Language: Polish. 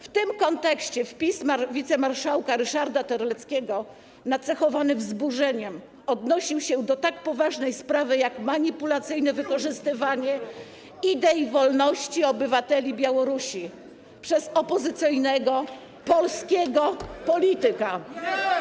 W tym kontekście wpis wicemarszałka Ryszarda Terleckiego, nacechowany wzburzeniem, odnosił się do tak poważnej sprawy, jak manipulacyjne wykorzystywanie idei wolności obywateli Białorusi przez opozycyjnego, polskiego polityka.